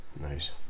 Nice